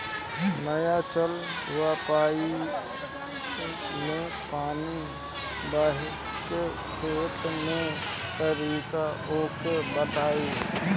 नया चलल बा पाईपे मै पानी बहाके खेती के तरीका ओके बताई?